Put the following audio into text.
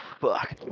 fuck